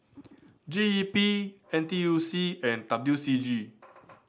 G E P N T U C and W C G